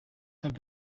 have